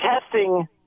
testing